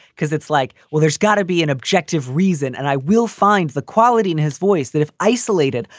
because it's like, well, there's gotta be an objective reason. and i will find the quality in his voice that if isolated,